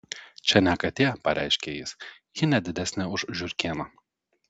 čia ne katė pareiškė jis ji ne didesnė už žiurkėną